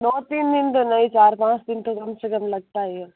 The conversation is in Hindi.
हाँ तीन दिन तो नहीं चार पाँच दिन तो कम से कम लगता ही है